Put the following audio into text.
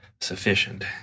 sufficient